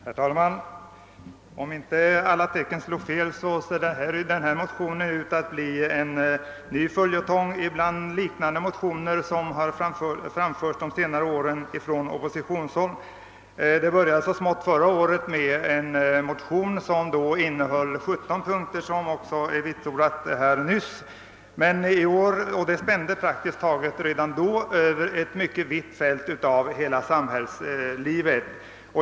Herr talman! Om inte alla tecken slår fel ser den här motionen ut att bli en följetong liksom andra motioner som under de senaste åren kommit från oppositionshåll. Det började så smått förra året med en motion som innehöll 17 punkter. Redan den motionen spände över ett mycket stort fält av samhäl let.